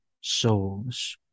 souls